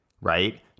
right